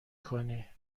کنی